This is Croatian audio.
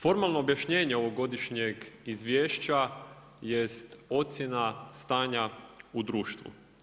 Formalno objašnjenje ovog godišnjeg izvješća je ocjena stanja u društvu.